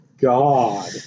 God